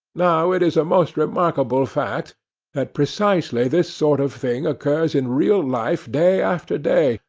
now it is a most remarkable fact that precisely this sort of thing occurs in real life day after day,